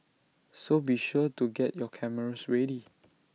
so be sure to get your cameras ready